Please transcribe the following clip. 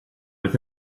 with